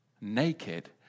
naked